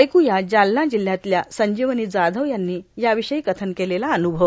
ऐकूया जालना जिल्ह्यातल्या संजिवनी जाधव यांनी या विषयी कथन केलेला अन्भव